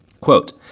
Quote